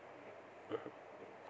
(uh huh)